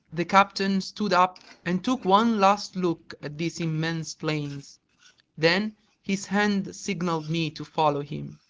the captain stood up and took one last look at these immense plains then his hand signaled me to follow him.